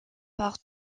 par